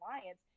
alliance